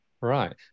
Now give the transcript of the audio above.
Right